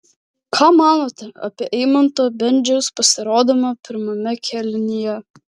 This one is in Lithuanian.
ką manote apie eimanto bendžiaus pasirodymą pirmame kėlinyje